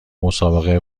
مسابقه